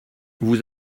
vous